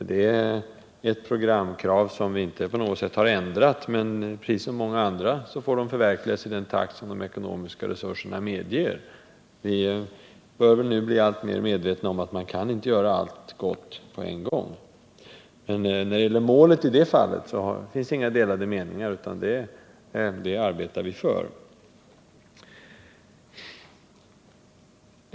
Det är ett programkrav som vi inte på något sätt har ändrat, men precis som när det gäller många andra får det förverkligas i den takt som de ekonomiska resurserna medger. Alla blir vi väl nu alltmer medvetna om att man inte kan genomföra allt gott på en gång, men när det gäller målet finns det i det här avseendet inga delade meningar.